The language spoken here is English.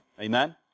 Amen